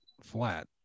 flat